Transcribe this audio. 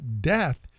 death